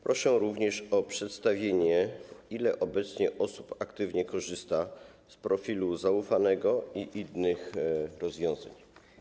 Proszę również o przedstawienie, ile obecnie osób aktywnie korzysta z profilu zaufanego i innych rozwiązań.